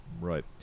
Right